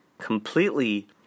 Completely